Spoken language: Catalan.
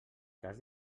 cas